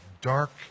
dark